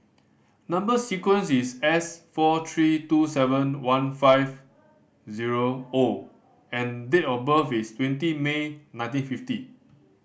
number sequence is S four three two seven one five zero O and date of birth is twenty May nineteen fifty